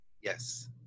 Yes